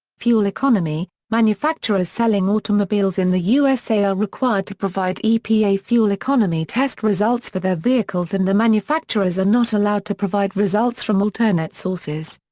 fuel economy manufacturers selling automobiles in the usa are required to provide epa fuel economy test results for their vehicles and the manufacturers are not allowed to provide results from alternate sources.